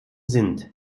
sind